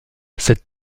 cette